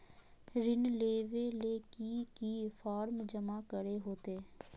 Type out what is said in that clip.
ऋण लेबे ले की की फॉर्म जमा करे होते?